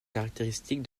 caractéristique